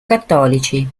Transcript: cattolici